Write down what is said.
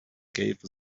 gave